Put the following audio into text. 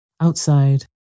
Outside